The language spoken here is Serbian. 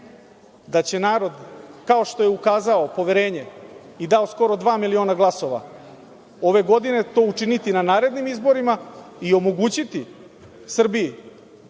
da će narod, kao što je ukazao poverenje i dao skoro dva miliona glasova, ove godine to učiniti na narednim izborima i omogućiti Srbiji